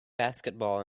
basketball